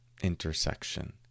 intersection